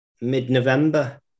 mid-november